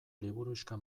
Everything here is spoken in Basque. liburuxka